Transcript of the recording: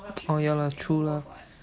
oh ya lah true lah